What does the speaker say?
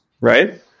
right